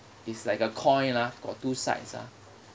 is like a coin lah got two sides ah